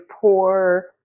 poor